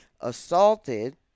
assaulted